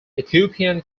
ethiopian